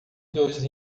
dos